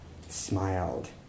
smiled